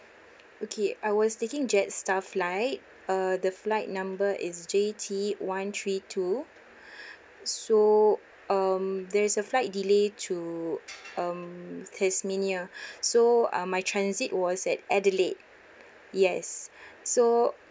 okay I was taking jetstar flight uh the flight number is J T one three two so um there is a flight delay to um tasmania so ah my transit was at adelaide yes so